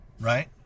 Right